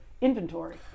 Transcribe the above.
inventory